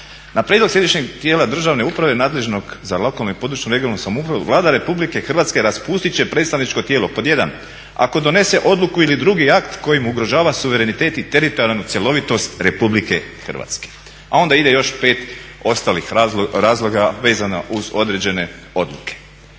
Na prijedlog središnjeg tijela državne uprave nadležnost za lokalnu i područnu (regionalnu) samoupravu Vlada Republike Hrvatske raspustit će predstavničko tijelo: 1. Ako donese odluku ili drugi akt kojim ugrožava suverenitet i teritorijalnu cjelovitost Republike Hrvatske, a onda ide još pet ostalih razloga vezano uz određene odluke.